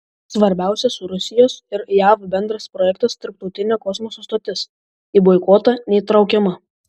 svarbiausias rusijos ir jav bendras projektas tarptautinė kosmoso stotis į boikotą neįtraukiama